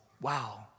wow